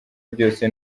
byose